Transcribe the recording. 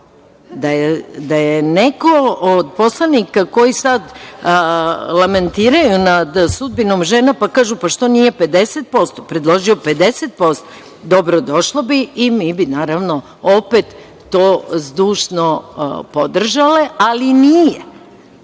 Da je neko od poslanika koji sada lamentiraju nad sudbinom žena, pa kažu, pa što nije 50%, predložio 50%? Dobro bi došlo i mi bi to opet zdušno podržale, ali nije